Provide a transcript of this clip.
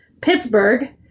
Pittsburgh